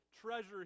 treasure